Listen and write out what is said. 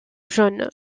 jaune